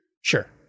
Sure